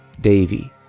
Davy